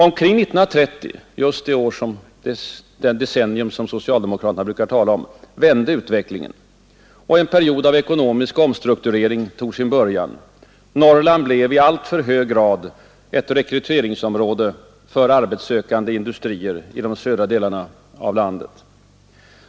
Omkring 1930 — alltså då det decennium inleddes som socialdemokraterna brukar tala om — vände utvecklingen och en period av ekonomisk omstrukturering tog sin början. Norrland blev i alltför hög grad ett rekryteringsområde för arbetskraftssökande industrier i de södra delarna av landet.